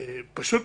פשוט